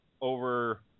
over